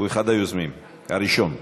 הוא אחד היוזמים, הראשון.